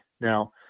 Now